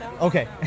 Okay